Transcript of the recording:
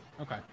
Okay